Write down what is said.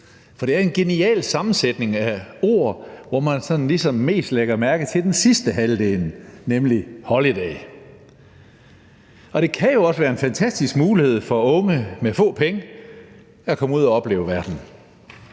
for det er en genial sammensætning af ord, hvor man sådan ligesom mest lægger mærke til den sidste halvdel, nemlig Holiday. Og det kan jo også være en fantastisk mulighed for unge med få penge at komme ud og opleve verden.